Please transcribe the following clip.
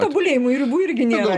tobulėjimui ribų irgi nėra